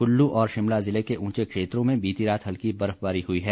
कुल्लू और शिमला जिले के ऊंचे क्षेत्रों में बीती रात हल्की बर्फबारी हई है